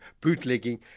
bootlegging